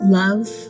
love